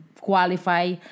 qualify